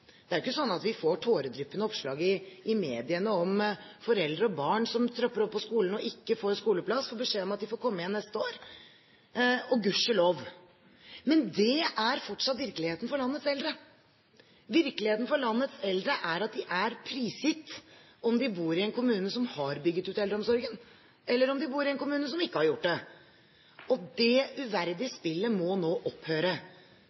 Det er ikke slik at vi får tåredryppende oppslag i mediene om foreldre og barn som tropper opp på skolen og ikke får skoleplass, men får beskjed om at de må komme tilbake neste år – gudskjelov. Men det er fortsatt virkeligheten for landets eldre. Virkeligheten for landets eldre er at de er prisgitt om de bor i en kommune som har bygd ut eldreomsorgen, eller om de bor i en kommune som ikke har gjort det. Det uverdige spillet må nå opphøre.